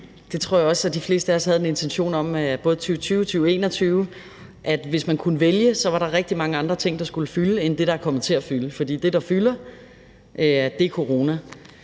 jeg tror jeg også at de fleste af os havde en intention om, og hvis man kunne vælge, var der i 2020 og 2021 rigtig mange andre ting, der skulle have fyldt, end det, der er kommet til at fylde, for det, der fylder, er corona.